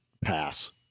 pass